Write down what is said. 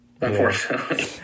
Unfortunately